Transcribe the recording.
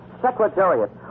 Secretariat